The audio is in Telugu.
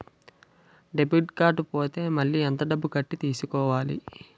డెబిట్ కార్డ్ పోతే మళ్ళీ ఎంత డబ్బు కట్టి తీసుకోవాలి?